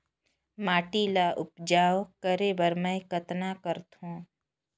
माटी ल उपजाऊ करे बर मै कतना करथव?